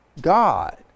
God